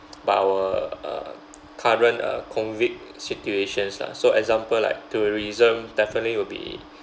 by our uh current uh COVID situations lah so example like tourism definitely will be